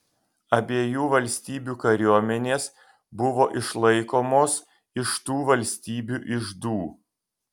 abiejų valstybių kariuomenės buvo išlaikomos iš tų valstybių iždų